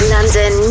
London